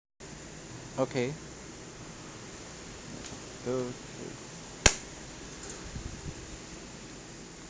okay two three